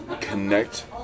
connect